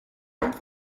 und